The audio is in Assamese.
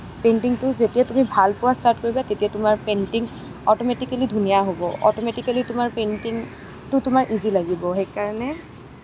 পেইণ্টিংটো যেতিয়াই তুমি ভাল পোৱা ষ্টাৰ্ট কৰিবা তেতিয়াই তোমাৰ পেইণ্টিং অট'মেটিকেলি ধুনীয়া হ'ব অট'মেটিকেলি তোমাৰ পেইণ্টিংটো তোমাৰ ইজি লাগিব সেইকাৰণে